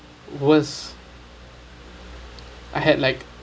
was I had like